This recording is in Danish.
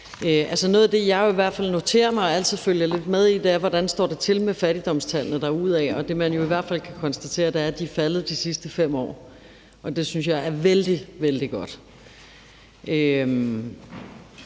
noget af det, jeg i hvert fald noterer mig og altid følger lidt med i, er, hvordan det står til med fattigdomstallene, og det, man i jo hvert fald kan konstatere, er, at de er faldet de sidste 5 år, og det synes jeg er vældig,